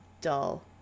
dull